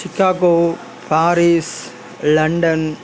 Chicago Paris London